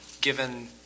given